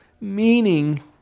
meaning